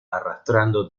arrastrando